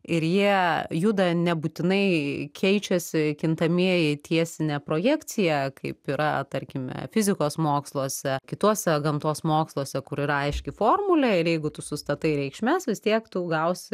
ir jie juda nebūtinai keičiasi kintamieji tiesine projekcija kaip yra tarkime fizikos moksluose kituose gamtos moksluose kur yra aiški formulė ir jeigu tu sustatai reikšmes vis tiek tu gausi